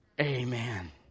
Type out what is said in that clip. Amen